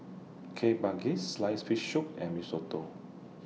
Kueh Manggis Sliced Fish Soup and Mee Soto